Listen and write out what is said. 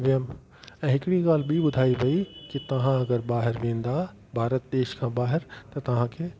वियमि ऐं हिकड़ी ॻाल्हि ॿी ॿुधाई वई कि तव्हां अगरि ॿाहिरि वेंदा भारत देश खां ॿाहिरि त तव्हांखे